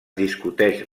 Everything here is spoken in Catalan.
discuteix